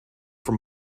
from